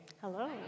Hello